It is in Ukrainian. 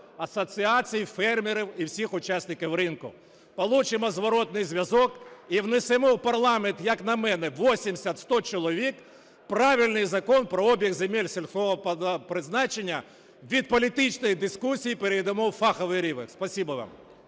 асоціацій фермерів і всіх учасників ринку. Получимо зворотній зв'язок і внесемо в парламент, як на мене, 80-100 чоловік, правильний закон про обіг земель сільськогосподарського призначення. Від політичної дискусії перейдемо у фаховий рівень.